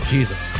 Jesus